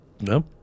No